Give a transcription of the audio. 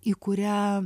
į kurią